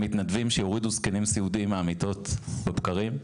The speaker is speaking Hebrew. מתנדבים שיורידו זקנים סיעודיים מהמיטות בבקרים,